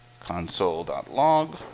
Console.log